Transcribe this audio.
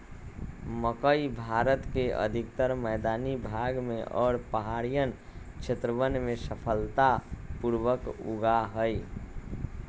मकई भारत के अधिकतर मैदानी भाग में और पहाड़ियन क्षेत्रवन में सफलता पूर्वक उगा हई